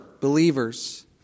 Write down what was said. believers